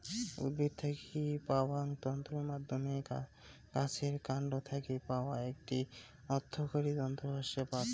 উদ্ভিদ থাকি পাওয়াং তন্তুর মইধ্যে গাছের কান্ড থাকি পাওয়াং একটি অর্থকরী তন্তু হসে পাট